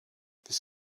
this